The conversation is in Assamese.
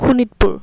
শোণিতপুৰ